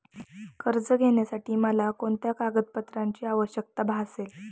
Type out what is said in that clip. कर्ज घेण्यासाठी मला कोणत्या कागदपत्रांची आवश्यकता भासेल?